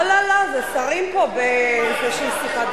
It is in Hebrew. לא, לא, לא, זה שרים פה באיזו שיחת ועידה.